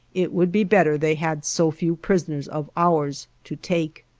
it would be better they had so few prisoners of ours to take.